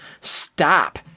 stop